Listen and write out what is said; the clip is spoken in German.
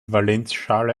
valenzschale